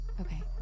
Okay